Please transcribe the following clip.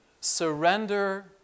surrender